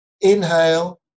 inhale